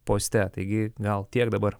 poste taigi gal tiek dabar